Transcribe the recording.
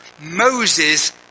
Moses